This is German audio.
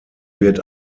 wird